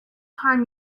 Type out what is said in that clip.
time